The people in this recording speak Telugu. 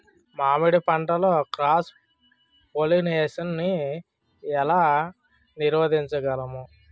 మామిడి పంటలో క్రాస్ పోలినేషన్ నీ ఏల నీరోధించగలము?